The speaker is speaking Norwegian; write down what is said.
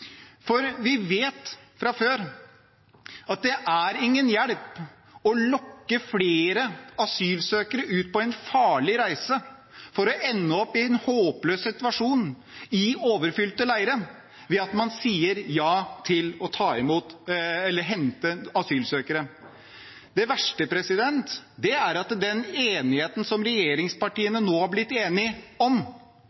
Vi vet fra før at det er ingen hjelp at man ved å si ja til å hente asylsøkere lokker flere asylsøkere ut på en farlig reise for å ende opp i en håpløs situasjon i overfylte